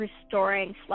restoring